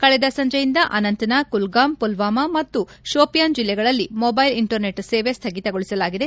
ಕಳೆದ ಸಂಜೆಯಿಂದ ಅನಂತನಾಗ್ ಕುಲ್ಗಾಮ್ ಪುಲ್ವಾಮ ಮತ್ತು ಶೊಪಿಯನ್ ಜಿಲ್ಲೆಗಳಲ್ಲಿ ಮೊಬೈಲ್ ಇಂಟರ್ನೆಟ್ ಸೇವೆ ಸ್ಥಗಿತಗೊಳಿಸಲಾಗಿದೆ